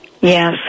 Yes